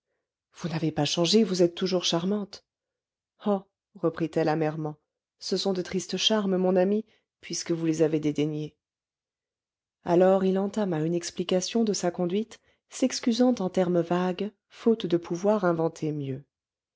vous n'avez pas changé vous êtes toujours charmante oh reprit-elle amèrement ce sont de tristes charmes mon ami puisque vous les avez dédaignés alors il entama une explication de sa conduite s'excusant en termes vagues faute de pouvoir inventer mieux